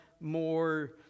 more